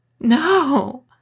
No